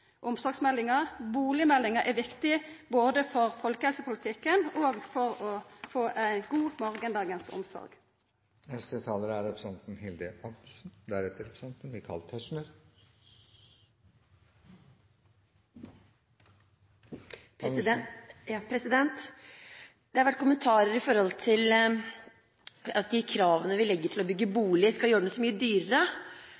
omsorgsmeldinga. Bustadmeldinga er viktig, både for folkehelsepolitikken og for å få god omsorg i morgondagen. Det har vært kommentarer om at de kravene vi stiller til å bygge